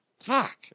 fuck